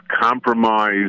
compromise